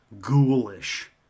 ghoulish